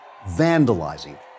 vandalizing